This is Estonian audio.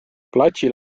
platsil